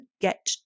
get